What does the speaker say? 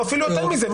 או אפילו יותר מזה,